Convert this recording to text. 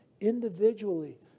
individually